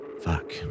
Fuck